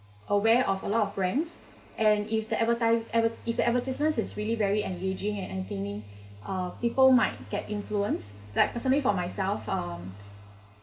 aware of a lot of friends and if the advertise adver~ if the advertisement is really very engaging and entertaining uh people might get influence like personally for myself um